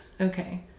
okay